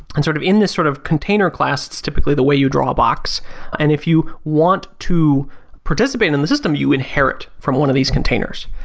and sort of, in this sort of container class typically, the way you draw a box and if you want to participate in in the system, you inherit from one of these containers.